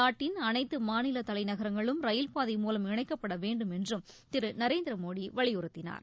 நாட்டின் அனைத்து மாநில தலைநகரங்களும் ரயில்பாதை மூலம் இணைக்கப்பட வேண்டுமென்றும் திரு நரேந்திரமோடி வலியுறுத்தினார்